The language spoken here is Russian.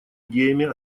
идеями